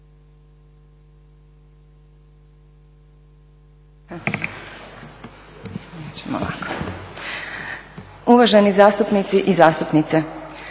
Uvaženi zastupnici i zastupnice